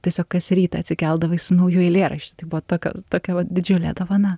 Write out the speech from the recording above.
tiesiog kas rytą atsikeldavai su nauju eilėraščiu tai buvo tokia tokia vat didžiulė dovana